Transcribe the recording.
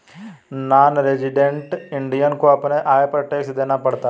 non resident Indian को अपने आय पर टैक्स देना पड़ता है